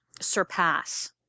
surpass